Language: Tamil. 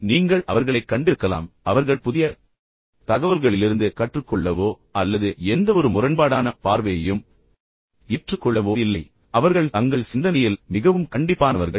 எனவே நீங்கள் அவர்களைக் கண்டிருக்கலாம் அவர்கள் புதிய தகவல்களிலிருந்து கற்றுக்கொள்ளவோ அல்லது எந்தவொரு முரண்பாடான பார்வையையும் ஏற்றுக்கொள்ளவோ இல்லை அவர்கள் தங்கள் சிந்தனையில் மிகவும் கண்டிப்பானவர்கள்